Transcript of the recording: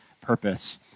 purpose